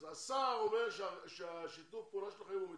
אז השר אומר ששיתוף הפעולה שלכם הוא מצוין,